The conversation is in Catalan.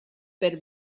per